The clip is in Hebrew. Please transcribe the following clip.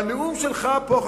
והנאום שלך פה,